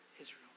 Israel